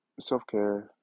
self-care